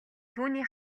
түүний